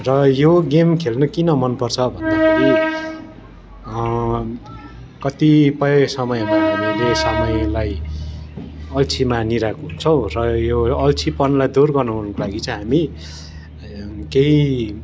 र यो गेम खेल्नु किन मनपर्छ भन्दाखेरि कतिपय समयमा हामीले समयलाई अल्छी मानिरहेको हुन्छौँ र यो अल्छीपनलाई दूर बनाउनको लागि चाहिँ हामी केही